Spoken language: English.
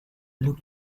look